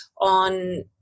on